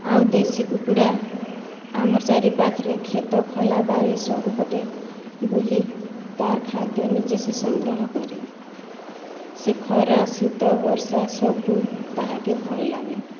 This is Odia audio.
ଆଉ ଦେଶୀ କୁକୁଡ଼ା ଆମର୍ ଚାରି ପାଖରେ ଖେତ ଖଲାବାରି ସବୁ ପଟେ ବୁଲି ତାର୍ ଖାଦ୍ୟ ନିଜେ ସେ ସଂଗ୍ରହ କରେ ସେ ଖରା ଶୀତ ବର୍ଷା ସବୁ ତାହାକେ ଭଲ୍ ଲାଗେ